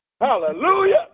Hallelujah